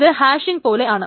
ഇത് ഹാഷിങ്ങ് പോലെയാണ്